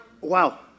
wow